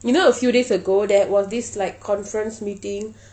you know a few days ago there was this like conference meeting